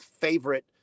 favorite